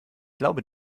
glaube